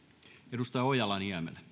arvoisa herra